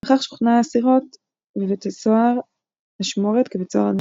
וכך שוכנו האסירות בבית הסוהר אשמורת כבית סוהר לנשים.